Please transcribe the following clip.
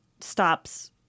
stops